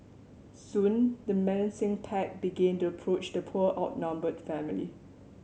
soon the menacing pack began to approach the poor outnumbered family